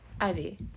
Ivy